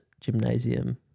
gymnasium